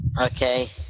Okay